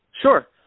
Sure